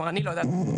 אני לא יודעת להגיד,